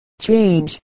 Change